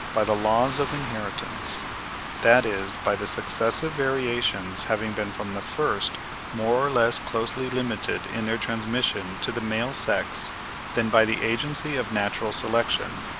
by the laws of inheritance that is by the successive variations having been from the first more or less closely limited in their transmission to the male sex than by the agency of natural selection,